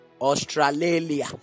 Australia